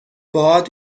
باد